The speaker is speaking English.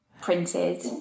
Printed